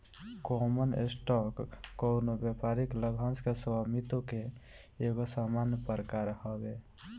common stock कवनो व्यापारिक लाभांश के स्वामित्व के एगो सामान्य प्रकार हवे